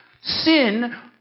sin